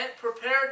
prepared